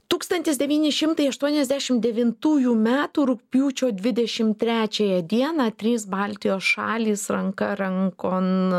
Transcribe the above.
tūkstantis devyni šimtai aštuoniasdešimt devintųjų metų rugpjūčio dvidešimt trečiąją dieną trys baltijos šalys ranka rankon